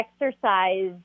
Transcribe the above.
exercise